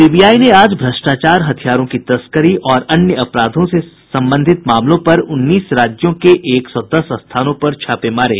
CBI ने आज भ्रष्टाचार हथियारों की तस्करी और अन्य अपराधों से संबंधित मामलों पर उन्नीस राज्यों के एक सौ दस स्थानों पर छापे मारे